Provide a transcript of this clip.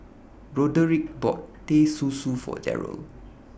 Roderic bought Teh Susu For Darrel